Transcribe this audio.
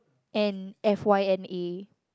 and F_Y_N_A